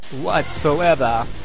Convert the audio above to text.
whatsoever